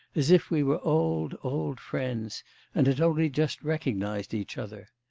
as if we were old, old friends and had only just recognised each other.